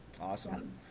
awesome